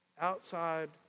Outside